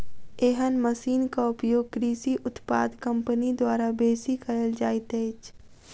एहन मशीनक उपयोग कृषि उत्पाद कम्पनी द्वारा बेसी कयल जाइत अछि